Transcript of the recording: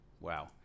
wow